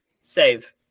Save